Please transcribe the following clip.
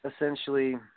essentially